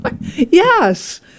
Yes